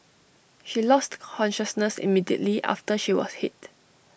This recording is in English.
she lost consciousness immediately after she was hit